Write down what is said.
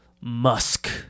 musk